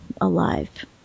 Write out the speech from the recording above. alive